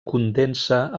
condensa